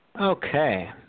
okay